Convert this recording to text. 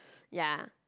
ya